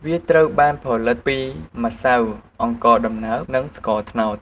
វាត្រូវបានផលិតពីម្សៅអង្ករដំណើប និងស្ករត្នោត។